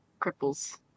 Cripples